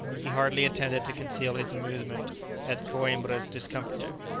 he hardly attempted to conceal his amusement at coimbra's discomfiture,